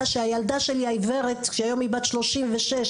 שהילדה שלי העיוורת שהיום היא בת 36,